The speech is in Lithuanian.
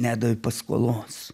nedavė paskolos